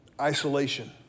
isolation